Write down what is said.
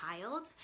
child